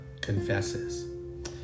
confesses